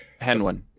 Henwin